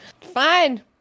Fine